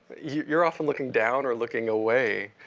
you're often looking down or looking away